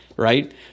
right